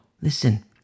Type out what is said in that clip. Listen